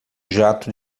jato